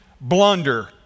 blunder